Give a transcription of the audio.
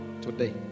today